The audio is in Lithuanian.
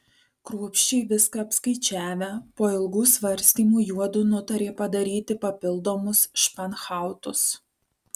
kruopščiai viską apskaičiavę po ilgų svarstymų juodu nutarė padaryti papildomus španhautus